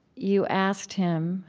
you asked him